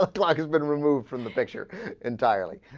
like like has been removed from the picture entirely